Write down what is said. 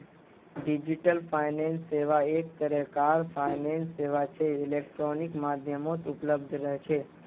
digital finance सेवा एक तरह कार फाइनेंस सेवा छे इलेक्ट्रॉनिक माध्यमत उपलब्ध रह छे